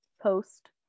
post